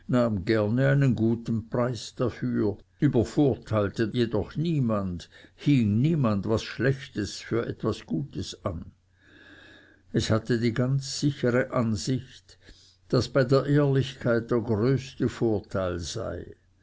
einen guten preis dafür übervorteilte jedoch niemand hing niemand was schlechtes für was gutes an es hatte die ganz sichere ansicht daß bei der ehrlichkeit der größte vorteil sei